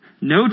No